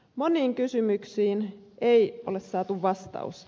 moniin kysymyksiin ei ole saatu vastausta